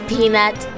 Peanut